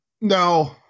No